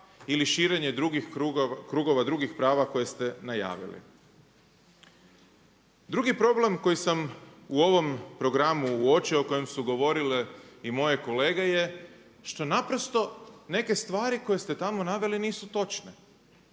ili širenje krugova drugih prava koje ste najavili. Drugi problem koji sam u ovom programu uočio o kojem su govorile i moje kolege je što naprosto neke stvari koje ste tamo naveli nisu točne.